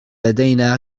لدينا